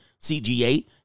CGA